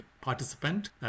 participant